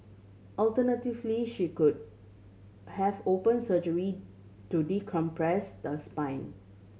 alternatively she could have open surgery to decompress the spine